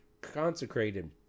consecrated